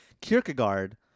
Kierkegaard